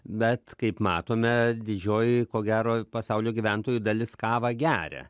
bet kaip matome didžioji ko gero pasaulio gyventojų dalis kavą geria